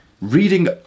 Reading